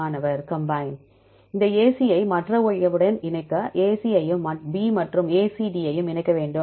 மாணவர் கம்பைன் இந்த AC யை மற்றவையுடன் இணைக்க AC யையும் B மற்றும் ACD இணைக்க வேண்டும்